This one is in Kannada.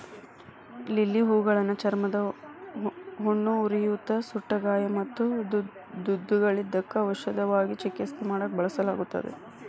ಲಿಲ್ಲಿ ಹೂಗಳನ್ನ ಚರ್ಮದ ಹುಣ್ಣು, ಉರಿಯೂತ, ಸುಟ್ಟಗಾಯ ಮತ್ತು ದದ್ದುಗಳಿದ್ದಕ್ಕ ಔಷಧವಾಗಿ ಚಿಕಿತ್ಸೆ ಮಾಡಾಕ ಬಳಸಲಾಗುತ್ತದೆ